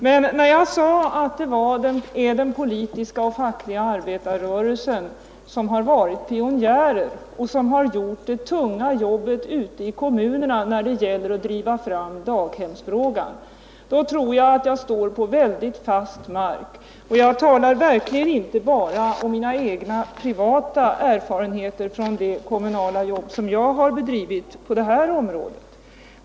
Men när jag sade att det är den fackliga och den politiska arbetarrörelsen som varit pionjärer och som har gjort det tunga jobbet ute i kommunerna när det gällt att driva fram daghemsfrågan står jag på mycket fast mark. Jag talar verkligen inte bara om mina egna privata erfarenheter från det kommunala arbete jag har bedrivit på detta område.